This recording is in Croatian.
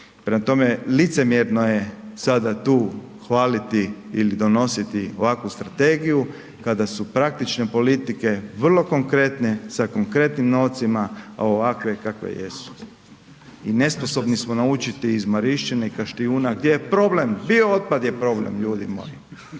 Prema tome, licemjerno je sada tu hvaliti ili donositi ovakvu strategiju kada su praktične politike vrlo konkretne sa konkretnim novcima, a ovakve kakve jesu i nesposobni smo naučiti iz Marišćine i Kaštiuna gdje je problem, biootpad je problem ljudi moji,